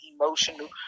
emotional